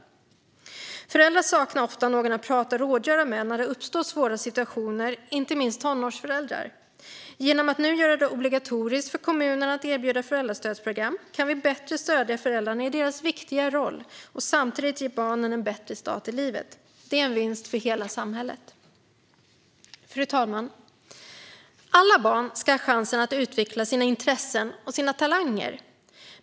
Föräldrar, inte minst tonårsföräldrar, saknar ofta någon att prata och rådgöra med när det uppstår svåra situationer. Genom att nu göra det obligatoriskt för kommunerna att erbjuda föräldrastödsprogram kan vi på ett bättre sätt stödja föräldrarna i deras viktiga roll och samtidigt ge barnen en bättre start i livet. Det är en vinst för hela samhället. Fru talman! Alla barn ska ha chansen att utveckla sina intressen och talanger.